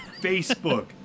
Facebook